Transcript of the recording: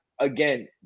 again